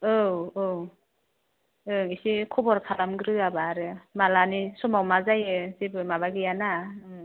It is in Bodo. औ औ ओं एसे खबर खालामग्रोआब्ला आरो मालानि समाव मा जायो जेबो माबा गैयाना